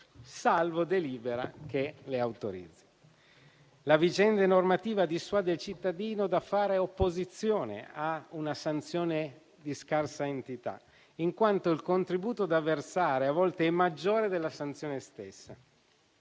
salvo delibera che le autorizzi. La vigente normativa dissuade il cittadino dal fare opposizione a una sanzione di scarsa entità, in quanto il contributo da versare a volte è maggiore della sanzione stessa.